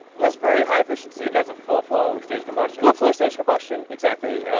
that's very high efficiency. because of full flow staged combustion. full flow staged combustion, exactly,